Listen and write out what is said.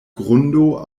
grundo